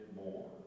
more